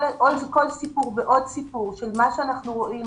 כל סיפור זה עוד סיפור של מה שאנחנו רואים,